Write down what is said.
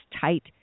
tight